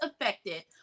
affected